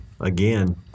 again